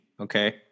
okay